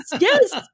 yes